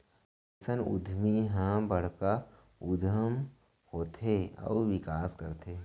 अइसन उद्यमी ह बड़का उद्यम होथे अउ बिकास करथे